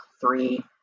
three